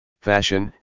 fashion